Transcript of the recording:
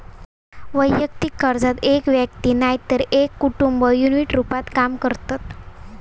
वैयक्तिक कर्जात एक व्यक्ती नायतर एक कुटुंब युनिट रूपात काम करतत